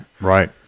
Right